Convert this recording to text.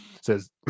Says